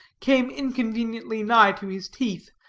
came inconveniently nigh to his teeth,